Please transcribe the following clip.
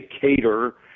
cater